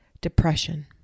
depression